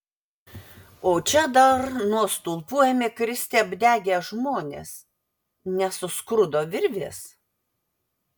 o čia dar nuo stulpų ėmė kristi apdegę žmonės nes suskrudo virvės